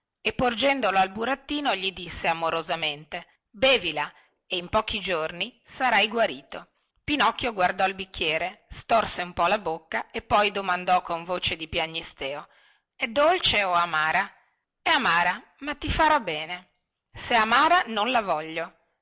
e porgendolo al burattino gli disse amorosamente bevila e in pochi giorni sarai guarito pinocchio guardò il bicchiere storse un po la bocca e poi dimanda con voce di piagnisteo è dolce o amara è amara ma ti farà bene se è amara non la voglio